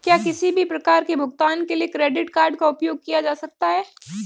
क्या किसी भी प्रकार के भुगतान के लिए क्रेडिट कार्ड का उपयोग किया जा सकता है?